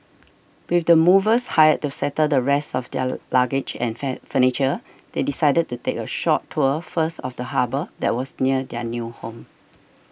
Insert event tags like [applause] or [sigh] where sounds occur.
with the movers hired to settle the rest of their luggage and [noise] furniture they decided to take a short tour first of the harbour that was near their new home